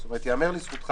זאת אומרת, ייאמר לזכותך